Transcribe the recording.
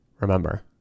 Remember